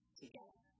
together